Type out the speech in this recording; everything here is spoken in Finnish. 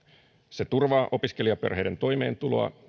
se turvaa opiskelijaperheiden toimeentuloa